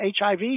HIV